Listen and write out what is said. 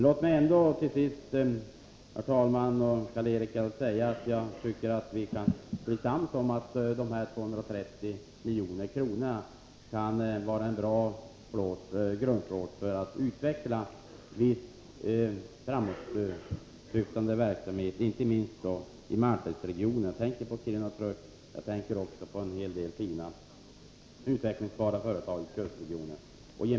Låt mig ändå, Karl-Erik Häll, säga att jag tycker att vi kan bli sams om att de 230 miljonerna kan vara en bra grundplåt för att utveckla viss framåtsyftande verksamhet, inte minst i malmfältsregionen; jag tänker på Kiruna Truck, jag tänker också på en del fina, utvecklingsbara företag i kustregionen.